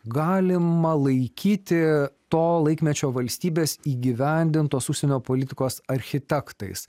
galima laikyti to laikmečio valstybės įgyvendintos užsienio politikos architektais